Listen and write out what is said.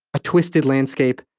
a twisted landscape,